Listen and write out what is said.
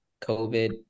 COVID